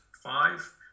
five